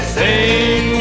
sing